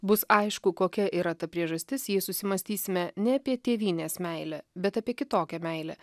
bus aišku kokia yra ta priežastis jei susimąstysime ne apie tėvynės meilę bet apie kitokią meilę